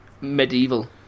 Medieval